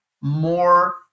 more